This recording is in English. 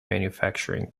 manufacturing